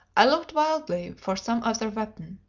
i looked wildly for some other weapon.